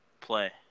play